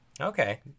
Okay